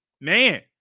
man